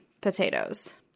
potatoes